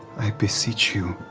i beseech you.